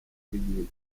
bw’igihe